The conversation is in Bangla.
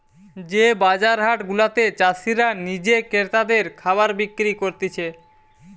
যে বাজার হাট গুলাতে চাষীরা নিজে ক্রেতাদের খাবার বিক্রি করতিছে